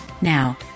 Now